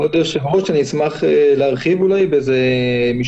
כבוד היושב-ראש, אני אשמח להרחיב במשפט.